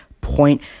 point